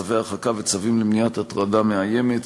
צווי הרחקה וצווים למניעת הטרדה מאיימת.